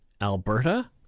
alberta